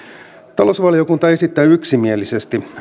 talousvaliokunta esittää yksimielisesti